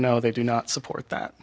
no they do not support that